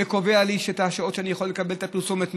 וקובע לי את השעות שאני יכול לקבל את הפרסומת,